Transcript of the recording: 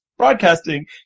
Broadcasting